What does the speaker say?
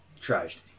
tragedy